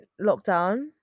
lockdown